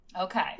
Okay